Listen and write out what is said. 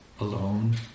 alone